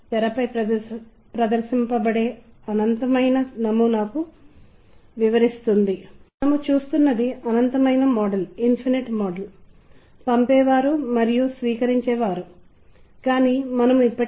వచనములు యానిమేట్ చేయబడినప్పుడు అనుభవం ఎలా విలక్షణంగా ఉంటుందో ఇంతకు ముందు మీరు గుర్తించారు కానీ దానికి సంగీతాన్ని జోడించండి మరియు అనుభవం పూర్తిగా భిన్నంగా ఉంటుంది